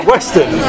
Western